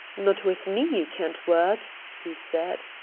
not with me you can't work! he said.